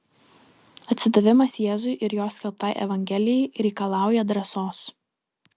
atsidavimas jėzui ir jo skelbtai evangelijai reikalauja drąsos